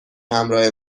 همراه